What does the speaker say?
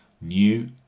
new